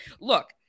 Look